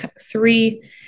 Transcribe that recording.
three